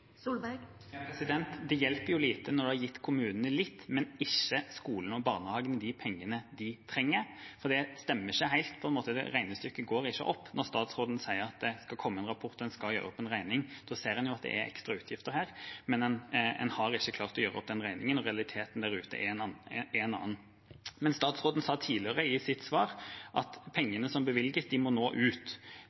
Det hjelper jo lite at en har gitt kommunene litt, men ikke skolene og barnehagene de pengene de trenger. Så det stemmer ikke helt; det regnestykket går ikke opp. Når statsråden sier at det skal komme en rapport, og at en skal gjøre opp en regning, da ser en jo at det er ekstra utgifter her, men en har ikke klart å gjøre opp den regningen, og realiteten der ute er en annen. Statsråden sa tidligere i sitt svar at pengene som bevilges, må nå ut.